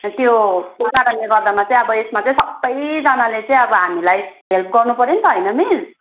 त्यो गर्दा मात्रै अब यसमा चाहिँ सबैजनाले अब हामीलाई हेल्प गर्नुपऱ्यो नि त होइन मिस